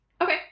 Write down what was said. Okay